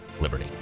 Liberty